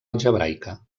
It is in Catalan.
algebraica